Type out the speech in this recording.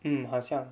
mm 好像